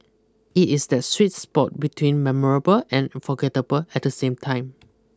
it is that sweet spot between memorable and forgettable at the same time